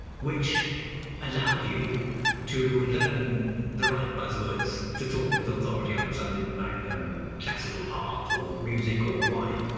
which allowed you to learn the right buzzwords to talk with authority on something like um classical art or music or wine.